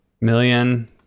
million